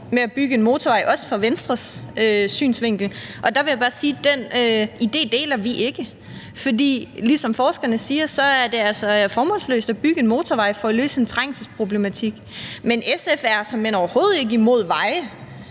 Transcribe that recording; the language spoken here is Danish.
med at bygge en motorvej, også set fra Venstres synsvinkel. Der vil jeg bare sige: Den idé deler vi ikke, for ligesom forskerne siger, er det altså formålsløst at bygge en motorvej for at løse en trængselsproblematik. Men SF er såmænd overhovedet ikke imod veje.